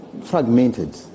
fragmented